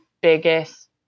biggest